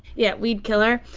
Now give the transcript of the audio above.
yeah weed killer,